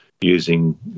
using